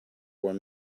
were